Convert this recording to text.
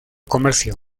comercio